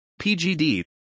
PGD